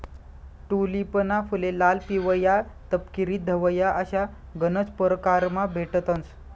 टूलिपना फुले लाल, पिवया, तपकिरी, धवया अशा गनज परकारमा भेटतंस